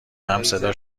همصدا